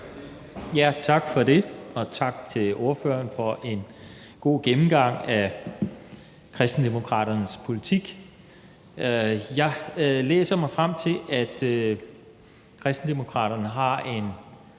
(V): Tak for det, og tak til ordføreren for en god gennemgang af Kristendemokraternes politik. Jeg læser mig frem til, at Kristendemokraterne har en